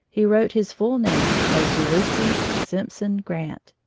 he wrote his full name as ulysses simpson grant,